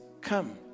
come